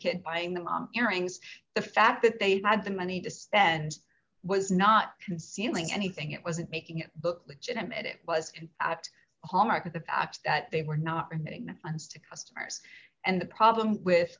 kid buying the mom earrings the fact that they had the money to spend was not concealing anything it wasn't making a book legitimate it was asked a hallmark of the fact that they were not getting the funds to customers and the problem with